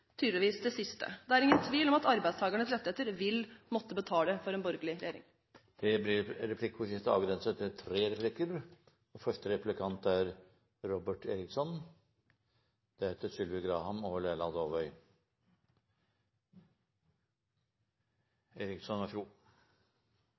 tydeligvis det siste. Det er ingen tvil om at arbeidstakernes rettigheter vil måtte betale for en borgerlig regjering. Det blir